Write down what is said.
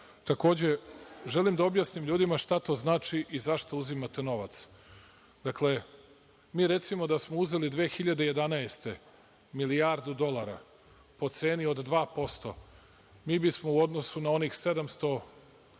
važan. Takođe želim da objasnim ljudima šta to znači i zašto uzimate novac. Mi recimo da smo uzeli 2011. godine milijardu dolara po ceni od 2% mi bismo u odnosu na onih 7,55,